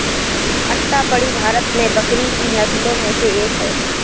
अट्टापडी भारत में बकरी की नस्लों में से एक है